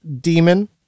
demon